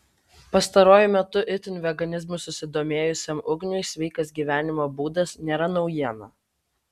pastaruoju metu itin veganizmu susidomėjusiam ugniui sveikas gyvenimo būdas nėra naujiena